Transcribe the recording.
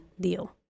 deal